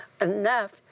enough